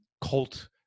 cult